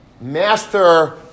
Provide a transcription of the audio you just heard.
master